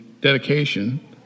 dedication